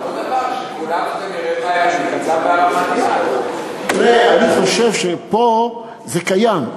שיקוליו, כנראה, בעייתיים, אני חושב שפה זה קיים.